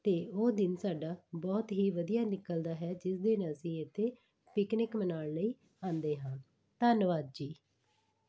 ਅਤੇ ਉਹ ਦਿਨ ਸਾਡਾ ਬਹੁਤ ਹੀ ਵਧੀਆ ਨਿਕਲਦਾ ਹੈ ਜਿਸ ਦਿਨ ਅਸੀਂ ਇੱਥੇ ਪਿਕਨਿਕ ਮਨਾਉਣ ਲਈ ਆਉਂਦੇ ਹਾਂ ਧੰਨਵਾਦ ਜੀ